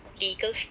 legal